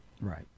Right